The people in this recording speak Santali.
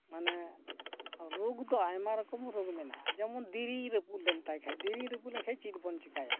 ᱢᱟᱱᱮ ᱨᱳᱜᱽ ᱫᱚ ᱟᱭᱢᱟ ᱨᱚᱠᱚᱢ ᱨᱳᱜᱽ ᱢᱮᱱᱟᱜᱼᱟ ᱡᱮᱢᱚᱱ ᱫᱮᱨᱮᱧ ᱨᱟᱹᱯᱩᱫ ᱞᱮᱱ ᱛᱟ ᱠᱷᱟᱱ ᱫᱮᱨᱮᱧ ᱨᱟᱹᱯᱩᱫ ᱞᱮᱱ ᱠᱷᱟᱱ ᱪᱮᱫ ᱵᱚᱱ ᱪᱤᱠᱟᱹᱭᱟ